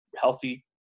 healthy